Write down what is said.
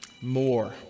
more